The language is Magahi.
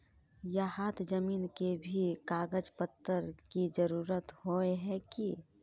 यहात जमीन के भी कागज पत्र की जरूरत होय है की?